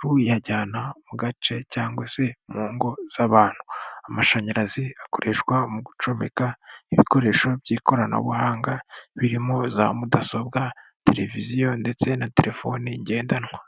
ruyajyana mu gace cyangwa se mu ngo z'abantu, amashanyarazi akoreshwa mu gucomeka ibikoresho by'ikoranabuhanga birimo za mudasobwa, televiziyo ndetse na telefoni ngendanwa.